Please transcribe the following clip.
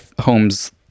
home's